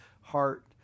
heart